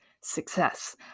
success